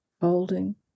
holding